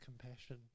compassion